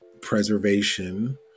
preservation